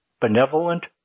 benevolent